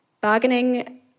Bargaining